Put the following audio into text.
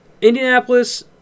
Indianapolis